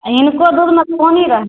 हिनको दूधमे पानि रहैनि